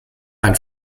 ein